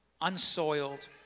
unsoiled